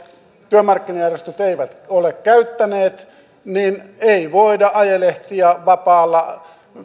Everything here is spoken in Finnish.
työmarkkinajärjestöt eivät ole sopimusvapauttaan käyttäneet niin ei voida ajelehtia vapaalla